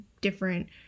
different